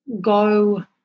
go